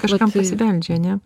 kažkam prisibeldžia ane